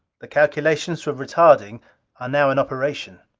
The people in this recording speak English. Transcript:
the calculations for retarding are now in operation.